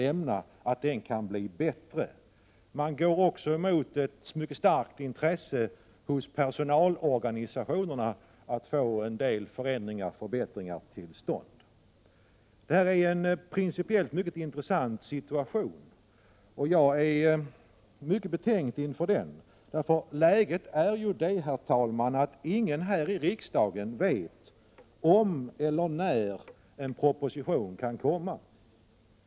Vidare går man emot personalorganisationernas mycket starka intresse för att få förändringar, förbättringar, till stånd. Principiellt är situationen mycket intressant. Jag är dock mycket betänksam i detta avseende. Ingen här i riksdagen, herr talman, vet ju om eller när en proposition kan komma.